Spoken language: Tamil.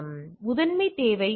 எனவே முதன்மைத் தேவை ஐ